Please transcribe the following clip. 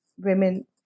women